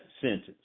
sentence